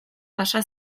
pasa